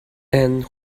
and